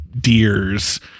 deers